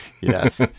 Yes